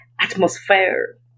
atmosphere